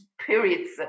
spirits